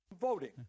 voting